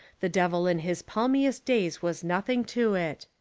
the devil in his palmiest days was nothing to it.